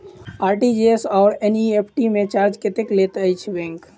RTGS आओर NEFT मे charge कतेक लैत अछि बैंक?